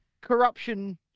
corruption